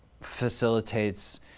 facilitates